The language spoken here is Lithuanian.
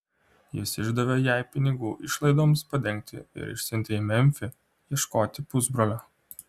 jis išdavė jai pinigų išlaidoms padengti ir išsiuntė į memfį ieškoti pusbrolio